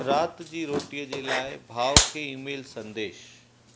राति जी रोटीअ जे लाइ भाउ खे ईमेल संदेश